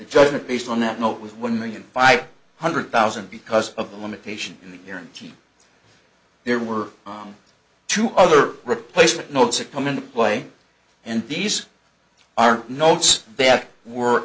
judgment based on that note with one million five hundred thousand because of the limitation in the hearing team there were two other replacement notes that come into play and these are notes beck were